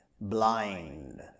blind